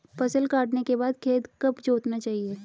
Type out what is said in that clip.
फसल काटने के बाद खेत कब जोतना चाहिये?